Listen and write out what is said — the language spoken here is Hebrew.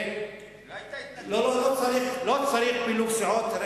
לא צריך פילוג סיעות.